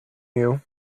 you